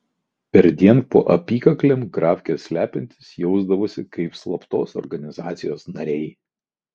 perdien po apykaklėm grafkes slepiantys jausdavosi kaip slaptos organizacijos nariai